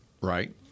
Right